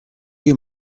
you